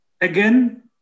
Again